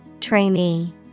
Trainee